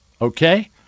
Okay